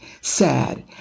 sad